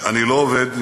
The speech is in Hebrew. אני לא עובד,